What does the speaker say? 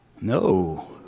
No